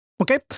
okay